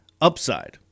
upside